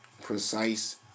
precise